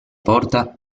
porta